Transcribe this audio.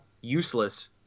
useless